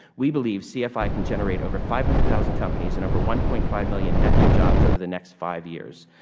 we believe cfi can generate over five hundred thousand companies and over one point five million net new jobs over the next five years.